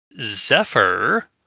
Zephyr